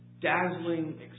dazzling